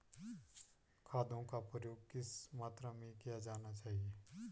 खादों का प्रयोग किस मात्रा में किया जाना चाहिए?